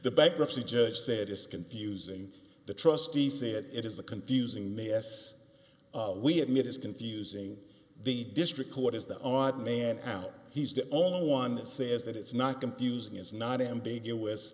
the bankruptcy judge said it's confusing the trustee said it is a confusing mess we admit is confusing the district court is the odd man out he's the only one says that it's not confusing is not ambiguous